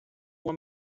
uma